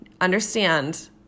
understand